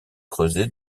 creusé